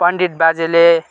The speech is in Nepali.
पण्डित बाजेले